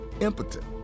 impotent